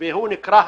הכיוון ברור.